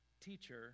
teacher